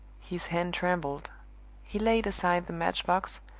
his hand trembled he laid aside the match-box,